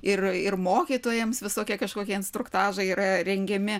ir ir mokytojams visokie kažkokie instruktažai yra rengiami